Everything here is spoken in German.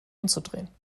umzudrehen